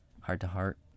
heart-to-heart